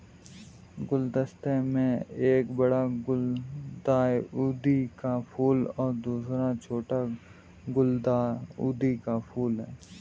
गुलदस्ते में एक बड़ा गुलदाउदी का फूल और दूसरा छोटा गुलदाउदी का फूल है